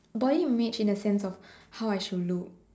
body image in a sense of how I should look